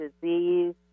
disease